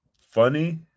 funny